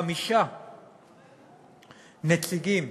חמישה נציגים